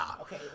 Okay